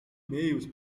mails